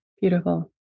beautiful